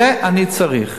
זה אני צריך.